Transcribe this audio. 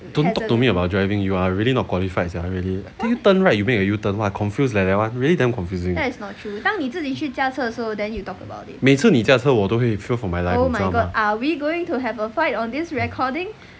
don't talk to me about driving you are really not qualified sia really tell you turn right you make a u-turn that one I confused leh that one really damn confusing 每次你驾车我都会 fear for my life